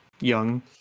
young